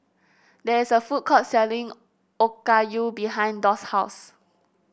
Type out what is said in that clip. there is a food court selling Okayu behind Doss' house